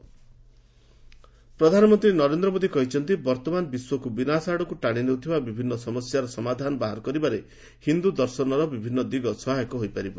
PM world Hindu congress ପ୍ରଧାନମନ୍ତ୍ରୀ ନରେନ୍ଦ୍ର ମୋଦି କହିଛନ୍ତି ବର୍ତ୍ତମାନ ବିଶ୍ୱକୁ ବିନାଶ ଆଡ଼କୁ ଟାଣି ନେଉଥିବା ବିଭିନ୍ନ ସମସ୍ୟାର ସମାଧାନ ବାହାର କରିବାରେ ହିନ୍ଦୁ ଦର୍ଶନର ବିଭିନ୍ନ ଦିଗ ସହାୟକ ହୋଇପାରିବ